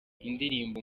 indirimbo